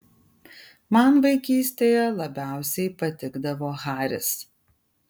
man vaikystėje labiausiai patikdavo haris